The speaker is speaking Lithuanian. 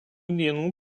dienų